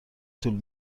طول